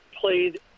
played